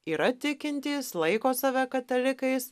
yra tikintys laiko save katalikais